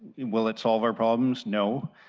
will it solve our problems? no.